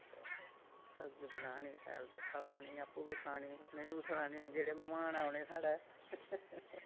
ते सब्जी बनानी शैल ते खलानी आपूं बी खानी उ'नेंगी बी खलानी जेह्ड़े मह्मान औने साढ़े